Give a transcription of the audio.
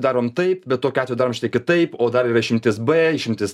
darom taip bet tokiu atveju darom šitą kitaip o dar yra išimtis b išimtis